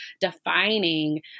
defining